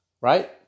right